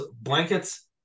blankets